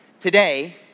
Today